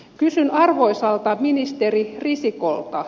kysyn arvoisalta ministeri risikolta